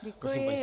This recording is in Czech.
Děkuji.